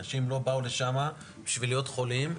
אנשים לא באו לשם בשביל להיות חולים,